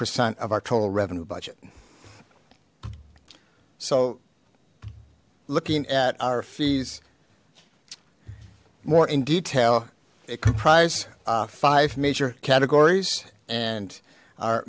percent of our total revenue budget so looking at our fees more in detail it comprised five major categories and our